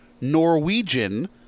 Norwegian